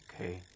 Okay